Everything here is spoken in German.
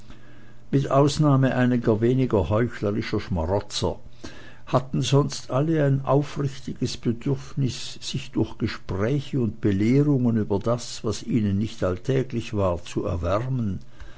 mit ausnahme einiger weniger heuchlerischer schmarotzer hatten sonst alle ein aufrichtiges bedürfnis sich durch gespräche und belehrungen über das was ihnen nicht alltäglich war zu erwärmen